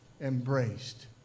embraced